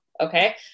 Okay